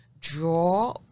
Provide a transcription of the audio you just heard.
draw